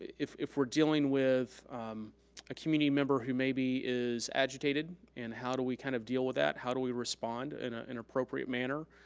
if if we're dealing with a community member who maybe is agitated and how do we kind of deal with that, how do we respond in ah an appropriate manner,